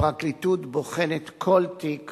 הפרקליטות בוחנת כל תיק